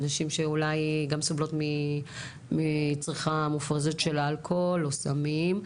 נשים שגם אולי סובלות מצריכה מופרזת של אלכוהול או סמים,